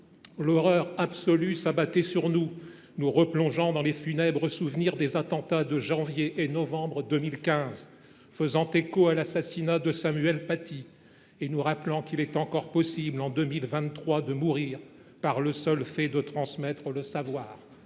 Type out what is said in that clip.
L’horreur absolue s’abattait sur nous, nous replongeant dans les funèbres souvenirs des attentats de janvier et novembre 2015, faisant écho à l’assassinat de Samuel Paty, et nous rappelant qu’il est encore possible, en 2023, de mourir par le seul fait de transmettre le savoir.